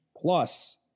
plus